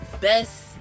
best